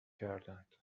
کردند